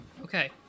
Okay